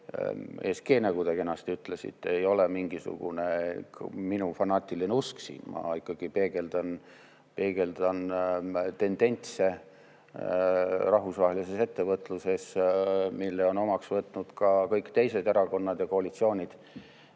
te kenasti te ütlesite, ei ole mingisugune minu fanaatiline usk. Ma ikkagi peegeldan tendentse rahvusvahelises ettevõtluses, mille on omaks võtnud ka kõik teised erakonnad ja koalitsioonid